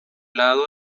lado